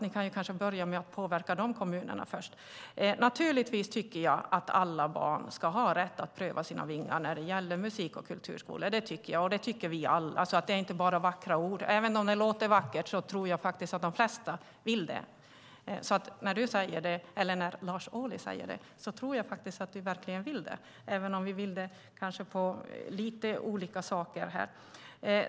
Ni kan kanske börja med att påverka de kommunerna. Naturligtvis tycker jag att alla barn ska ha rätt att pröva sina vingar när det gäller musik och kulturskolor. Det tycker jag, och det tycker vi alla. Det är inte bara vackra ord. Även om det låter vackert tror jag att de flesta vill det. När Lars Ohly säger det tror jag att han verkligen vill det, även om vi vill lite olika saker.